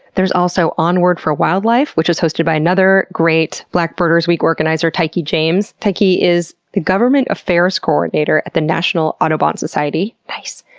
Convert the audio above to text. there's also on word for wildlife, which is hosted by another great black birders week organizer tykee james. tyke is the government affairs coordinator at the national audubon society. nice!